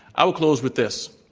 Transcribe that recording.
i will close with this.